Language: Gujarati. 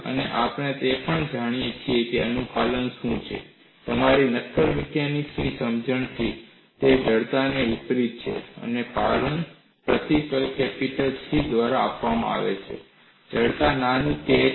અને આપણે એ પણ જાણીએ છીએ કે અનુપાલન શું છે તમારી નક્કર મિકેનિક્સ સમજણથી તે જડતાનો વિપરીત છે અને પાલન પ્રતીક કેપિટલ C દ્વારા આપવામાં આવે છે અને જડતા નાની k છે